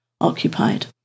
occupied